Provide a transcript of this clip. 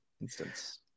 instance